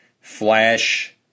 Flash